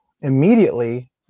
immediately